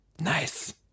Nice